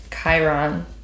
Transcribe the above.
Chiron